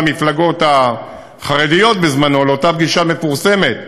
המפלגות החרדיות לאותה פגישה מפורסמת.